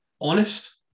honest